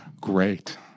great